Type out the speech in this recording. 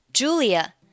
Julia